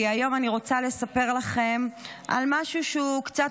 היום אני רוצה לספר לכם על משהו שהוא קצת